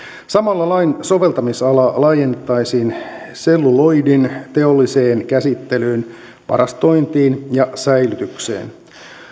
samalla lain soveltamisalaa laajennettaisiin selluloidin teolliseen käsittelyyn varastointiin ja säilytykseen